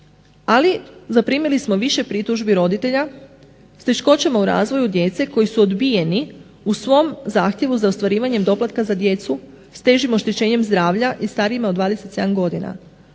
Ali zaprimili smo više pritužbi roditelja s teškoćama u razvoju djece koji su odbijeni u svom zahtjevu za ostvarivanje doplatka za djecu s težim oštećenjem zdravlja i starijima od 27 godina.